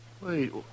Wait